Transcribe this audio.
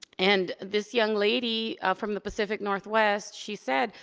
and this young lady from the pacific northwest she said,